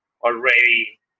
already